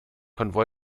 konvoi